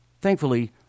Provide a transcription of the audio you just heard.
Thankfully